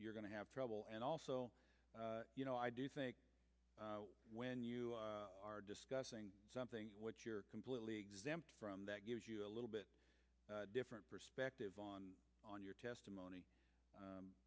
you're going to have trouble and also you know i do think when you are discussing something which you're completely exempt from that gives you a little bit different perspective on on your testimony